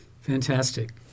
Fantastic